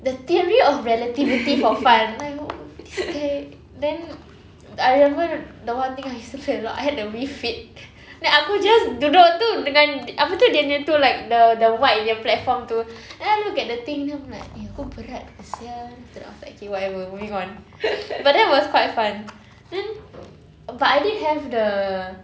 the theory of relativity for fun like wh~ this guy then I remembered the one thing I used to play a lot I had the Wii Fit then aku just duduk itu dengan apa tu dia nya itu like the the white punya platform itu then I look at the thing then I'm like eh aku berat ah sia then after that I was like okay whatever moving on but that was quite fun then but I did have the